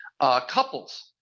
couples